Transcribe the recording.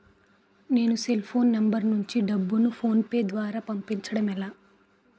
నేను cell phone number నుంచి డబ్బును ను ఫోన్పే అప్ ద్వారా పంపించడం ఎలా?